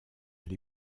elle